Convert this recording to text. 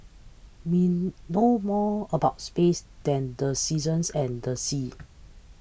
we know more about space than the seasons and the seas